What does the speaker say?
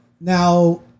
Now